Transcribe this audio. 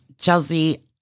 Chelsea